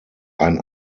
ein